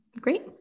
Great